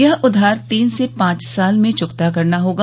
यह उधार तीन से पांच साल में चुकता करना होगा